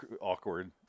awkward